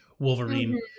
Wolverine